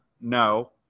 No